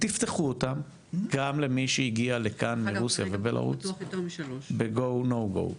תפתחו אותם גם למי שהגיע לכאן מרוסיה ובלרוס ב-"go/no go".